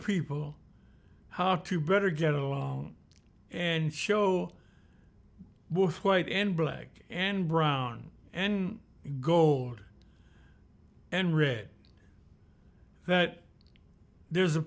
people how to better get along and show both white and black and brown and gold and red that there's a